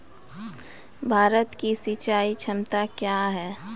भारत की सिंचाई क्षमता क्या हैं?